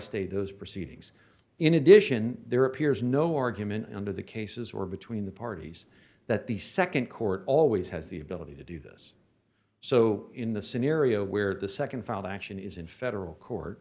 stay those proceedings in addition there appears no argument under the cases or between the parties that the nd court always has the ability to do this so in the scenario where the nd filed action is in federal court